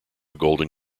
golden